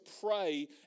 pray